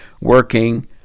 working